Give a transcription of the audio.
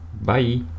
Bye